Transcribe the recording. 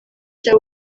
cya